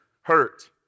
hurt